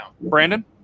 brandon